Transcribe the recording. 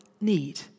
need